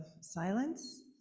silence